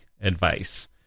advice